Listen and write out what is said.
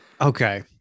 Okay